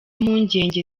impungenge